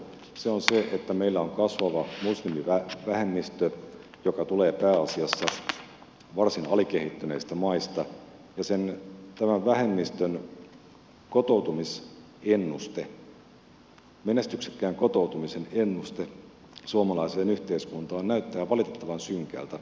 se on se että meillä on kasvava muslimivähemmistö joka tulee pääasiassa varsin alikehittyneistä maista ja tämän vähemmistön menestyksekkään kotoutumisen ennuste suomalaiseen yhteiskuntaan näyttää valitettavan synkältä